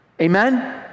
Amen